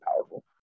powerful